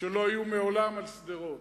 שלא היו מעולם על שדרות.